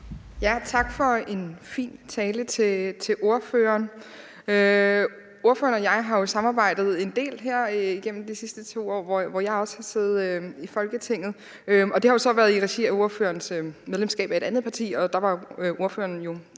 Tak for en fin tale til ordføreren. Ordføreren og jeg har jo samarbejdet en del her igennem de sidste 2 år, hvor jeg også har siddet i Folketinget. Det har jo så været i regi af ordførerens medlemskab af et andet parti, og der var ordføreren jo